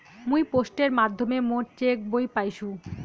মুই পোস্টের মাধ্যমে মোর চেক বই পাইসু